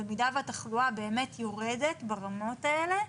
במידה שהתחלואה יורדת ברמות האלה,